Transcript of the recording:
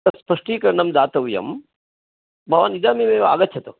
तत् स्पष्टिकरणं दातव्यं भवान् इदानीमेव आगच्छतु